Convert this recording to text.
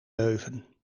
leuven